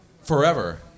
Forever